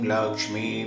Lakshmi